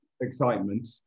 excitement